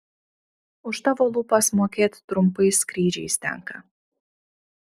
už tavo lūpas mokėt trumpais skrydžiais tenka